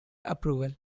approval